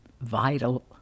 vital